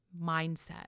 mindset